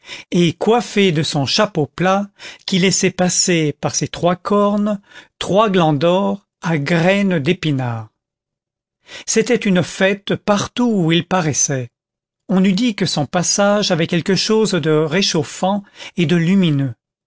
et coiffé de son chapeau plat qui laissait passer par ses trois cornes trois glands d'or à graine d'épinards c'était une fête partout où il paraissait on eût dit que son passage avait quelque chose de réchauffant et de lumineux